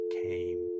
came